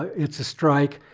it's a strike.